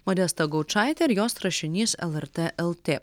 modesta gaučaitė ir jos rašinys lrt lt